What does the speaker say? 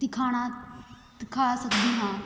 ਦਿਖਾਉਣਾ ਦਿਖਾ ਸਕਦੀ ਹਾਂ